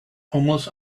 homeless